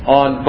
on